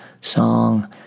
song